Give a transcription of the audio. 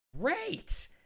Great